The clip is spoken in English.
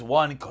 one